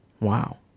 Wow